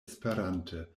esperante